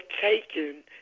taken